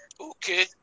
Okay